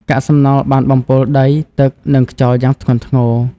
កាកសំណល់បានបំពុលដី ទឹក និងខ្យល់យ៉ាងធ្ងន់ធ្ងរ។